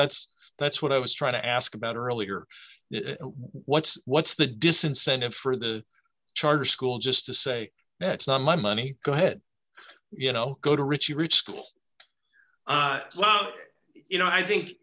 that's that's what i was trying to ask about earlier what's what's the disincentive for the charter school just to say that's not my money go ahead you know go to richie rich schools well you know i think